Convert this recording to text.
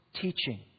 teaching